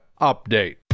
Update